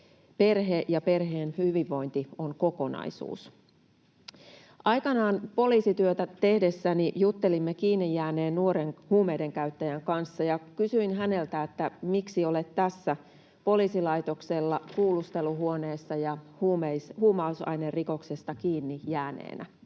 Perhe ja perheen hyvinvointi on kokonaisuus. Aikanaan poliisityötä tehdessäni juttelimme kiinni jääneen nuoren huumeidenkäyttäjän kanssa, ja kysyin häneltä, että miksi olet tässä poliisilaitoksella kuulusteluhuoneessa ja huumausainerikoksesta kiinni jääneenä.